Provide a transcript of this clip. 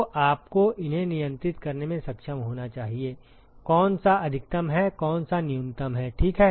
तो आपको इन्हें नियंत्रित करने में सक्षम होना चाहिए कौन सा अधिकतम है कौन सा न्यूनतम है ठीक है